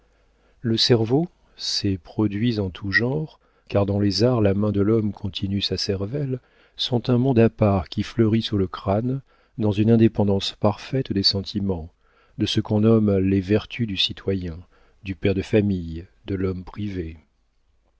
le cerveau ses produits en tous genres car dans les arts la main de l'homme continue sa cervelle sont un monde à part qui fleurit sous le crâne dans une indépendance parfaite des sentiments de ce qu'on nomme les vertus du citoyen du père famille de l'homme privé